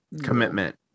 Commitment